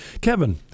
Kevin